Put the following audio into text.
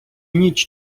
ніч